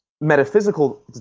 metaphysical